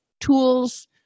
tools